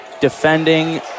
defending